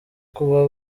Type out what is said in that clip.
kuba